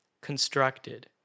constructed